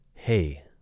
Hey